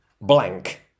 blank